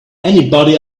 anybody